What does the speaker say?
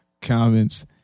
Comments